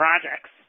projects